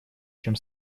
чем